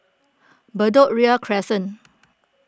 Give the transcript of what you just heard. Bedok Ria Crescent